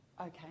Okay